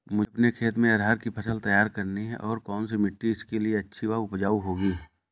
मुझे अपने खेत में अरहर की फसल तैयार करनी है और कौन सी मिट्टी इसके लिए अच्छी व उपजाऊ होगी?